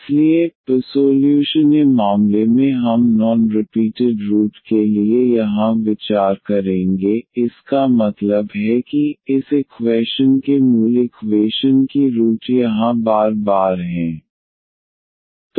इसलिए पसोल्यूशन े मामले में हम नॉन रिपीटेड रूट के लिए यहां विचार करेंगे इसका मतलब है कि इस इक्वैशन के मूल इक्वेशन की रूट यहां बार बार हैं